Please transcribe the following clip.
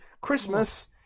Christmas